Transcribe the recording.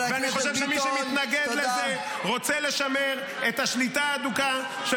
ואני חושב שמי שמתנגד לזה רוצה לשמר את השליטה ההדוקה ---------- של